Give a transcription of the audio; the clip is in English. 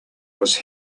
was